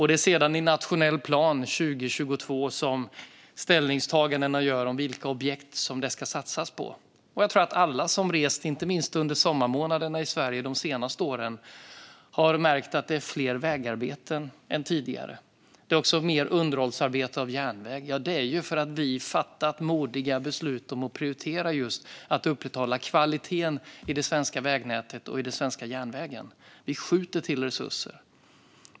Det är sedan i nationell plan 2022 som ställningstagandena görs om vilka objekt det ska satsas på. Jag tror att alla som har rest i Sverige inte minst under sommarmånaderna de senaste åren har märkt att det är fler vägarbeten än tidigare och mer underhållsarbete av järnväg. Det är för att vi har fattat modiga beslut om att prioritera att upprätthålla kvaliteten i det svenska vägnätet och järnvägen. Vi skjuter till resurser.